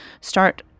start